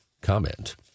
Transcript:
comment